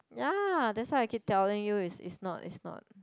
ya that's why I keep telling you is is not is not